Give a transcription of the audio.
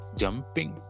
jumping